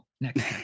Next